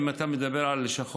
אם אתה מדבר על לשכות,